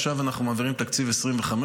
עכשיו אנחנו מעבירים את תקציב 2025,